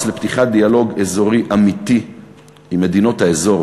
לפתיחת דיאלוג אזורי אמיתי עם מדינות האזור,